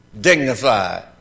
Dignified